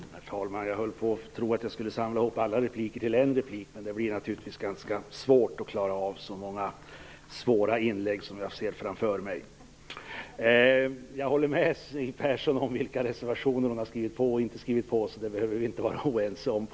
Herr talman! Jag trodde att jag skulle samla ihop alla repliker till en enda, men det blir naturligtvis ganska svårt att klara av så många svåra inlägg som jag ser framför mig. Jag håller med Siw Persson om vilka reservationer hon har skrivit på och inte skrivit på, så på den punkten behöver vi inte vara oense.